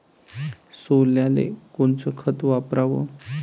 सोल्याले कोनचं खत वापराव?